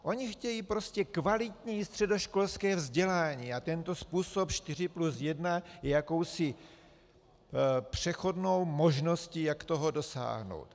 Ony chtějí prostě kvalitní středoškolské vzdělání a tento způsob 4 + 1 je jakousi přechodnou možností, jak toho dosáhnout.